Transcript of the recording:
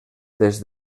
des